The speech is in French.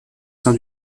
sein